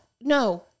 No